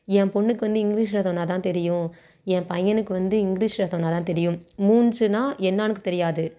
என் பெண்ணுக்கு வந்து இங்கிலீஷில் சொன்னால்தான் தெரியும் என் பையனுக்கு வந்து இங்கிலீஷில் சொன்னால்தான் தெரியும் மூன்ஸ்ஸுனால் என்னன்னு தெரியாது